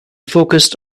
focused